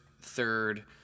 third